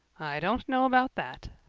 i don't know about that,